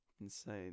Insane